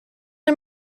are